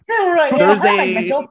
Thursday